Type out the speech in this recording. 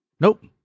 Nope